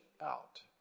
out